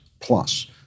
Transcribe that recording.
plus